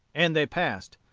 and they passed.